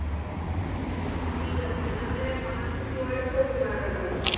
অঁ ঠিক আছে তেনেহ'লে কথাটো চিয়'ৰে কৰিলোঁ আৰু আজি আমি